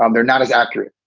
um they're not as accurate.